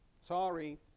Sorry